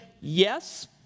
yes